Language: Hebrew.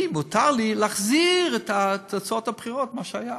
מותר לי להחזיר את תוצאות הבחירות, מה שהיה.